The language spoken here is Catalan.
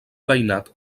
veïnat